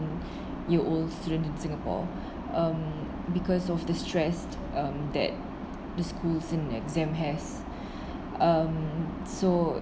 year old students in singapore um because of the stress um that the schools and exam has um so